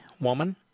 woman